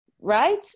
Right